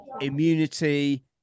immunity